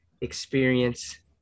experience